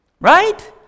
Right